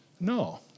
No